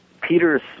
Peter's